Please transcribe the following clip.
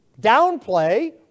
downplay